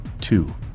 Two